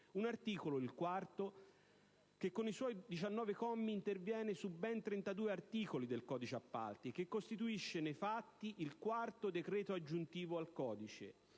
L'articolo 4, con i suoi 19 commi, interviene su ben 32 articoli del codice appalti, che costituisce nei fatti il quarto decreto aggiuntivo al codice,